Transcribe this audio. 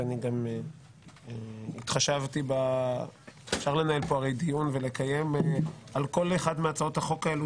ואני גם התחשבתי אפשר לנהל פה דיון ולקיים על כל אחת מהצעות החוק האלו